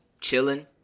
chilling